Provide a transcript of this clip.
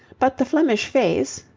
but the flemish face,